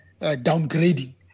downgrading